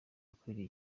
ukwiriye